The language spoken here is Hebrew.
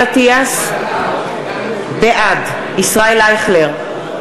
בעד ישראל אייכלר,